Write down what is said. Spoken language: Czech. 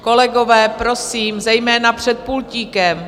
Kolegové, prosím, zejména před pultíkem!